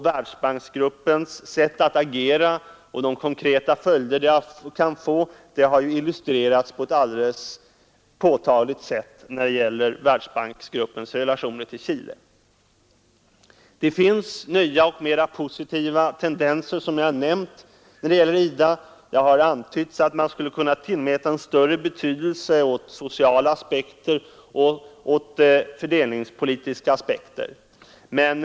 Världsbanksgruppens sätt att agera och de konkreta följder det kan få har illustrerats på ett mycket påtagligt sätt när det gäller dess relationer till Chile. Det finns, som jag nämnt, nya och mera positiva tendenser när det gäller IDA. Det har antytts att man skulle kunna tillmäta sociala och fördelningspolitiska aspekter större betydelse.